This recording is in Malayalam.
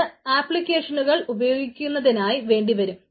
അത് ആപ്ലിക്കേഷൻ ഉപയോഗിക്കുന്നതിനായി വേണ്ടി വരും